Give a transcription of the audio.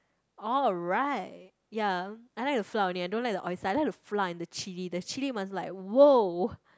alright ya I like the flour only I don't like the oyster I like the flour and the chilli the chilli must like !wow!